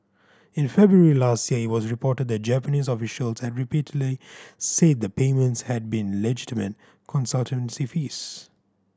in February last year it was reported that Japanese official had repeatedly said the payments had been legitimate consultancy fees